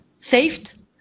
saved